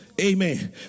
Amen